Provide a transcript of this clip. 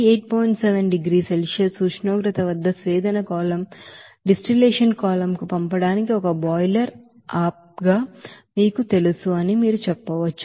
7 డిగ్రీల సెల్సియస్ ఉష్ణోగ్రత వద్ద స్వేదన కాలమ్ కు పంపడానికి ఒక బాయిల్ అప్ గా మీకు తెలుసు అని మీరు చెప్పవచ్చు